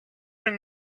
like